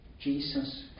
Jesus